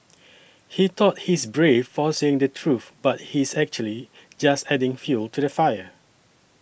he thought he is brave for saying the truth but he is actually just adding fuel to the fire